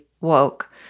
woke